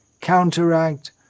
counteract